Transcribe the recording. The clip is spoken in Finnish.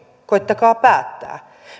koettakaa päättää